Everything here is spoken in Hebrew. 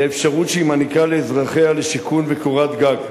האפשרות שהיא מעניקה לאזרחיה לשיכון וקורת גג.